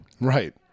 Right